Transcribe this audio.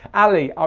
allie, ah